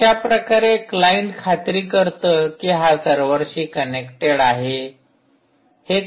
कशाप्रकारे क्लाइंट खात्री करतं की हा सर्व्हरशी कनेक्टेड आहे